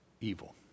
evil